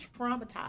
traumatized